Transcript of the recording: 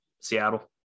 Seattle